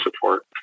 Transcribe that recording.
support